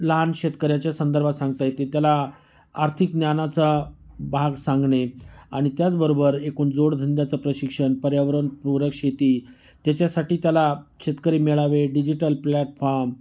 लहान शेतकऱ्याच्या संदर्भात सांगता येत त्याला आर्थिक ज्ञानाचा भाग सांगणे आणि त्याचबरोबर एकूण जोड धंद्याचं प्रशिक्षण पर्यावरणपूरक शेती त्याच्यासाठी त्याला शेतकरी मिळावे डिजिटल प्लॅटफॉर्म